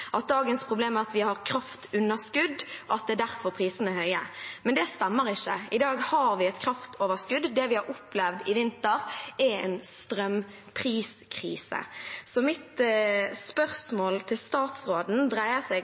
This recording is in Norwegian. at dagens problem er at vi har kraftunderskudd, og at det er derfor prisene er høye. Men det stemmer ikke. I dag har vi et kraftoverskudd. Det vi har opplevd i vinter, er en strømpriskrise. Så mitt spørsmål til statsråden dreier seg